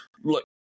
Look